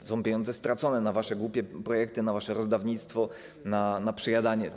To są pieniądze stracone na wasze głupie projekty, na wasze rozdawnictwo, na przejadanie.